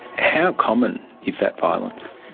how common is that violence?